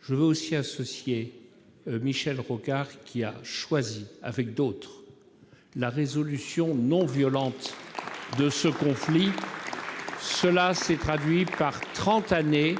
Je veux aussi associer à cet hommage Michel Rocard, qui a choisi, avec d'autres, la résolution non violente de ce conflit. Cela s'est traduit par trente années